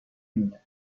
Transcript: مونه